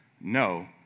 No